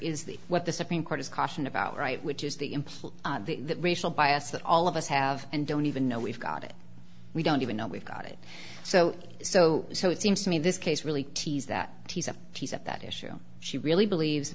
is the what the supreme court is caution about right which is the employee the racial bias that all of us have and don't even know we've got it we don't even know we've got it so so so it seems to me this case really tease that she's at that issue she really believes